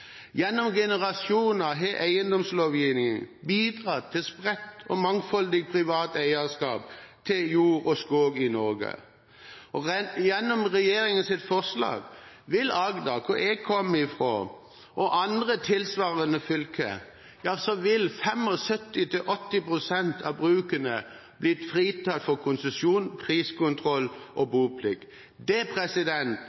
Gjennom generasjoner har eiendomslovgivningen bidratt til spredt og mangfoldig privat eierskap til jord og skog i Norge, og regjeringens forslag vil for Agder, som jeg kommer fra, og tilsvarende fylker, bety at 75–80 pst. av brukene blir fritatt for konsesjon, priskontroll og